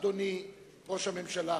אדוני ראש הממשלה,